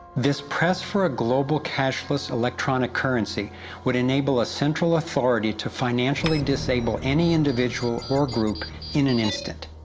this press for a global cashless electronic currency would enable a central authority to financially disable any individual or group in an instant.